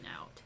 out